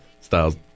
Styles